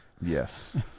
Yes